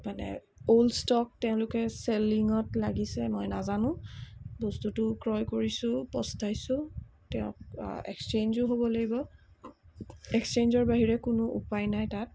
মানে old stock তেওঁলোকে চেলিঙত লাগিছে মই নাজানোঁ বস্তুটো ক্ৰয় কৰিছোঁ পস্তাইছোঁ তেওঁক এক্সেঞ্জো হ'ব লাগিব এক্সেঞ্জৰ বাহিৰে কোনো উপায় নাই তাত